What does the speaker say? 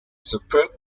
superb